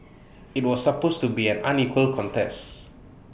IT was supposed to be an unequal contests